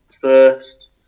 first